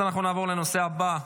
13 בעד,